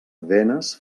venes